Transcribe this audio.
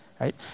right